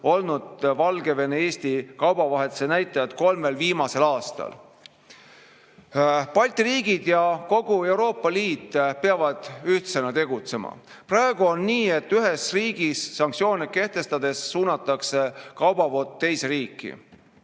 olnud Valgevene ja Eesti vahelise kaubavahetuse näitajad kolmel viimasel aastal. Balti riigid ja kogu Euroopa Liit peavad ühtsena tegutsema. Praegu on nii, et ühes riigis sanktsioone kehtestades suunatakse kaubavood teise riiki.